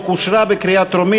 (תיקון, הסרת שעבוד תאגיד בנקאי מלווה),